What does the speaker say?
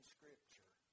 Scripture